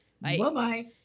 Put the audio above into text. Bye-bye